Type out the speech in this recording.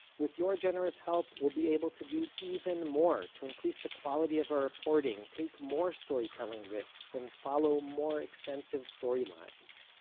with your generous help we'll be able to do even more to increase the quality of our reporting, take more storytelling risks, and follow more extensive story lines.